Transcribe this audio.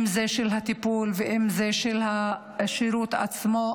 אם זה של הטיפול ואם זה של השירות עצמו,